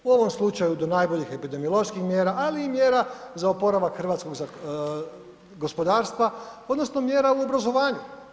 U ovom slučaju do najboljih epidemioloških mjera, ali i mjera za oporavak hrvatskog gospodarstva odnosno mjera u obrazovanju.